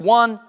one